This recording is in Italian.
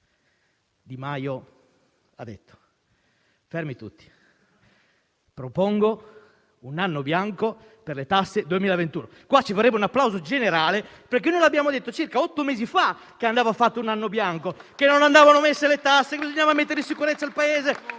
Di Maio ha detto di voler proporre un anno bianco per le tasse nel 2021. Qua ci vorrebbe un applauso generale, perché noi l'abbiamo detto circa otto mesi fa che andava fatto un anno bianco, che non andavano riscosse le tasse e che prima bisognava mettere in sicurezza il Paese.